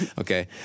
Okay